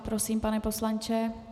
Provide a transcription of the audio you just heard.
Prosím, pane poslanče.